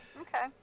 Okay